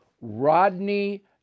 Rodney